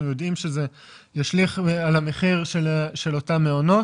יודעים שזה ישליך על המחיר של אותם מעונות